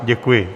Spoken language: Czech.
Děkuji.